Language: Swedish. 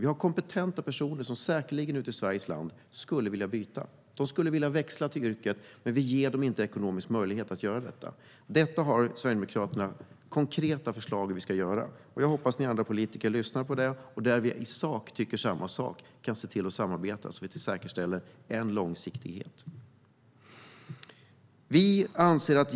Vi har kompetenta personer ute i Sverige som säkerligen skulle vilja byta. De skulle vilja växla yrke, men vi ger dem inte ekonomisk möjlighet att göra det. Sverigedemokraterna har konkreta förslag på hur vi ska göra detta, och jag hoppas att ni andra politiker lyssnar på dem. Där vi i sak tycker likadant kan vi se till att samarbeta så att vi säkerställer en långsiktighet.